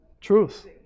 truth